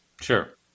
Sure